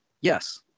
Yes